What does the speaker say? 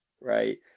Right